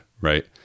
right